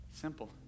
Simple